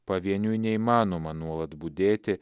pavieniui neįmanoma nuolat budėti